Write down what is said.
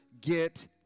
get